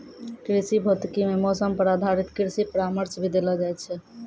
कृषि भौतिकी मॅ मौसम पर आधारित कृषि परामर्श भी देलो जाय छै